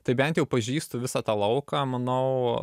tai bent jau pažįstu visą tą lauką manau